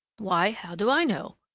why, how do i know?